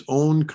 own